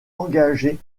engagé